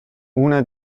una